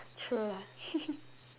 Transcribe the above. true lah